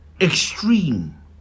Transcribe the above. extreme